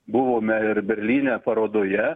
buvome ir berlyne parodoje